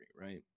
right